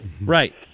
Right